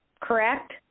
correct